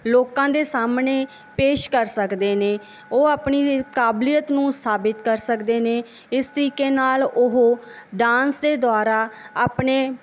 ਲੋਕਾਂ ਦੇ ਸਾਹਮਣੇ ਪੇਸ਼ ਕਰ ਸਕਦੇ ਨੇ ਉਹ ਆਪਣੀ ਕਾਬਲੀਅਤ ਨੂੰ ਸਾਬਤ ਕਰ ਸਕਦੇ ਨੇ ਇਸ ਤਰੀਕੇ ਨਾਲ ਉਹ ਡਾਂਸ ਦੇ ਦੁਆਰਾ ਆਪਣੇ